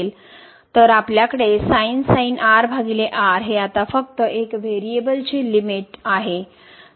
तर आपल्याकडे हे आता फक्त एक व्हेरिएबल चे लिमिट आहे